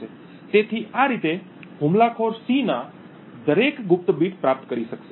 તેથી આ રીતે હુમલાખોર C ના દરેક ગુપ્ત બીટ પ્રાપ્ત કરી શકશે